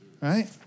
right